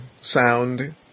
sound